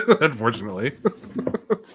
Unfortunately